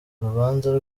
urubanza